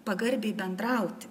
pagarbiai bendrauti